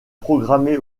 programmé